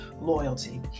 loyalty